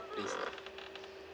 place lah